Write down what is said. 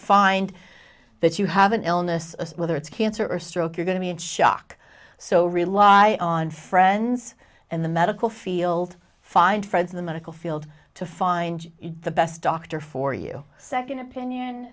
find that you have an illness whether it's cancer or stroke you're going to be in shock so rely on friends in the medical field find friends in the medical field to find the best doctor for you second opinion